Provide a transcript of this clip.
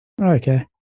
okay